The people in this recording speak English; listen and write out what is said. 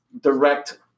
direct